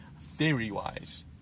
theory-wise